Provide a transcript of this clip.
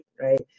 right